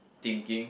thinking